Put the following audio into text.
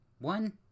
one